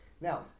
Now